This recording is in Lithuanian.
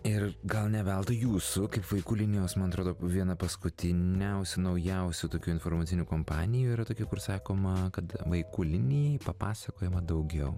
ir gal ne veltui jūsų kaip vaikų linijos man atrodo viena paskutiniausių naujausių tokių informacinių kompanijų yra tokia kur sakoma kad vaikų linijai papasakojama daugiau